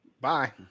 bye